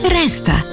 resta